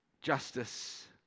Justice